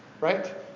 right